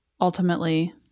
ultimately